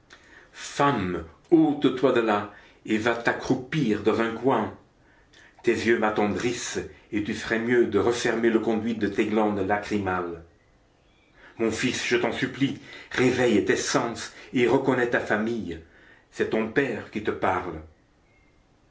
femme ôte toi de là et va t'accroupir dans un coin tes yeux m'attendrissent et tu ferais mieux de refermer le conduit de tes glandes lacrymales mon fils je t'en supplie réveille tes sens et reconnais ta famille c'est ton père qui te parle